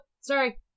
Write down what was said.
Sorry